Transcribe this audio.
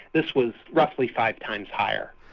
this was roughly five times higher.